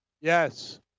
Yes